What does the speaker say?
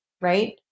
Right